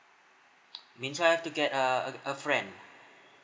means I have to get a a a friend